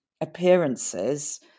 appearances